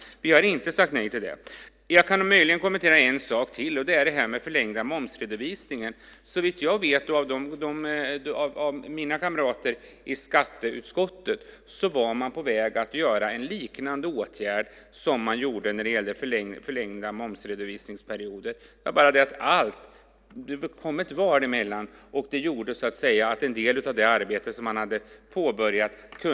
Vi har inte sagt nej till det. Jag kan möjligen kommentera en sak till. Det är den förlängda momsredovisningsperioden. Såvitt jag vet av det jag fått höra av mina kamrater i skatteutskottet var man på väg att vidta en liknande åtgärd som förlängningen av momsredovisningsperioden. Det var bara det att det kom ett val emellan. Det gjorde att man inte kunde avsluta en del av det arbete som man hade påbörjat.